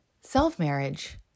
self-marriage